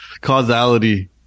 causality